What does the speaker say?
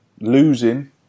losing